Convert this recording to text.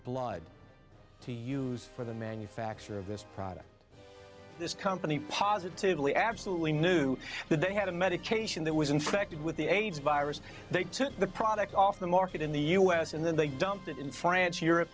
blood to use for the manufacture of this product this company positively absolutely knew they had a medication that was infected with the aids virus they took the product off the market in the u s and then they dumped it in france europe